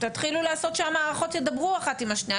תתחילו לעשות שהמערכות ידברו אחת עם השנייה.